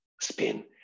spin